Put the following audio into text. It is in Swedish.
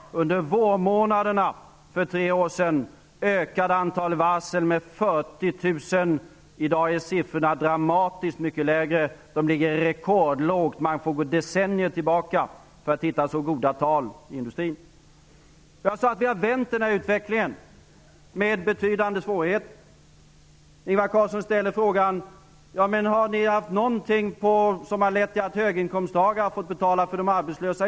Under vårmånaderna för tre år sedan ökade antalet varsel med 40 000. I dag är siffrorna dramatiskt mycket lägre. De ligger rekordlågt. Man får gå decennier tillbaka för att hitta så goda tal i industrin. Jag sade att vi hade vänt denna utveckling med betydande svårigheter. Ingvar Carlsson ställer frågan: Har ni haft några förslag som lett till att höginkomsttagare fått betala för de arbetslösa?